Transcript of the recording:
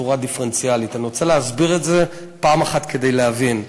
אני רוצה להסביר את זה פעם אחת, כדי להבין.